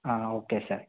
ಹಾಂ okay sir